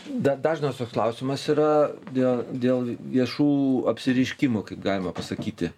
da dažnas toks klausimas yra dėl dėl viešų apsireiškimų kaip galima pasakyti